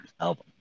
album